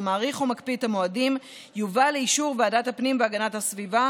מאריך או מקפיא את המועדים יובא לאישור ועדת הפנים והגנת הסביבה,